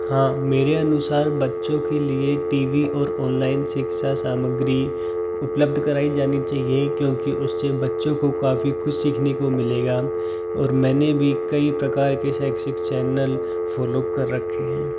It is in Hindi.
हाँ मेरे अनुसार बच्चों के लिए टी वी और ऑनलाइन शिक्षा सामग्री उपलब्ध कराई जानी चाहिए क्योंकि उससे बच्चों को काफी कुछ सिखने को मिलेगा और मैंने भी कई प्रकार के शैक्षिक चैनल फॉलो कर रखे हैं